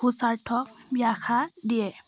সুচাৰ্থক ব্যাখ্যা দিয়ে